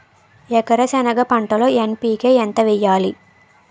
ఎకర సెనగ పంటలో ఎన్.పి.కె ఎంత వేయాలి?